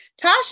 Tasha